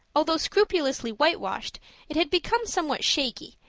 although scrupulously whitewashed it had become somewhat shaky,